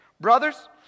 Brothers